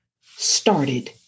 started